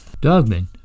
Dogman